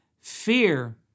fear